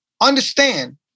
understand